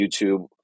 YouTube